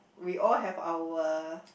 we all have our